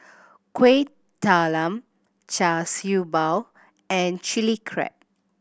Kuih Talam Char Siew Bao and Chilli Crab